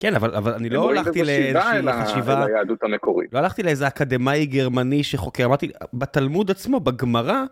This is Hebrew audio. כן, אבל אני לא הלכתי לאיזושהי חשיבה ליהדות המקורית. לא הלכתי לאיזה אקדמאי גרמני שחוקר, אמרתי, בתלמוד עצמו, בגמרה...